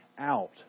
out